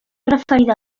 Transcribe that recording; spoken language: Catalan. referida